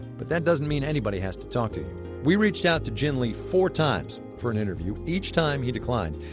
but that doesn't mean anybody has to talk to you we reached out to jin lee four times for an interview. each time he declined.